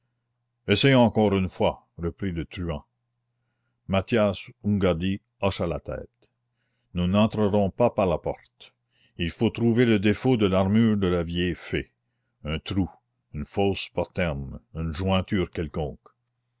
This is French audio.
essayons encore une fois reprit le truand mathias hungadi hocha la tête nous n'entrerons pas par la porte il faut trouver le défaut de l'armure de la vieille fée un trou une fausse poterne une jointure quelconque